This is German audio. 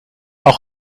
auch